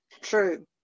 True